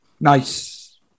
Nice